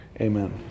Amen